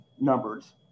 numbers